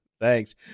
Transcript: Thanks